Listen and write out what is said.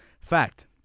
Fact